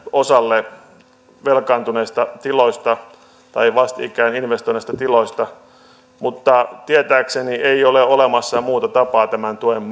osalle velkaantuneista tiloista tai vastikään investoineista tiloista mutta tietääkseni ei ole olemassa muuta tapaa tämän tuen